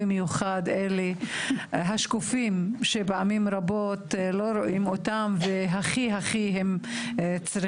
במיוחד אלה השקופים שפעמים רבות לא רואים אותם והם הכי צריכים.